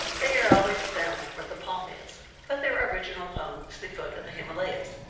they are always found where the palm is but their original home is the foot of the himalayas.